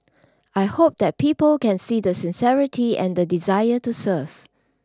I hope that people can see the sincerity and the desire to serve